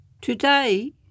Today